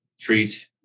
treat